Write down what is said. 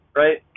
right